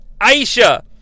Aisha